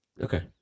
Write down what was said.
Okay